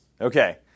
Okay